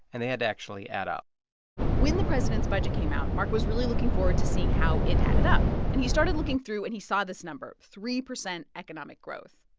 and they had to actually add up when the president's budget came out, marc was really looking forward to seeing how it added up. and he started looking through, and he saw this number three percent economic growth.